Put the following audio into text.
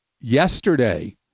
yesterday